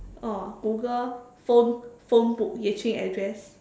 oh Google phone phonebook Yue-Qing address